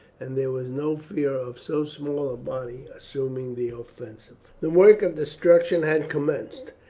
and there was no fear of so small a body assuming the offensive. the work of destruction had commenced.